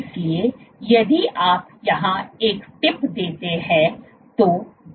इसलिए यदि आप यहां एक टिप देते हैं